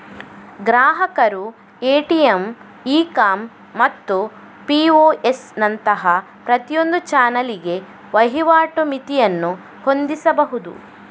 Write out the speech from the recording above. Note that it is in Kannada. ಗ್ರಾಹಕರು ಎ.ಟಿ.ಎಮ್, ಈ ಕಾಂ ಮತ್ತು ಪಿ.ಒ.ಎಸ್ ನಂತಹ ಪ್ರತಿಯೊಂದು ಚಾನಲಿಗೆ ವಹಿವಾಟು ಮಿತಿಯನ್ನು ಹೊಂದಿಸಬಹುದು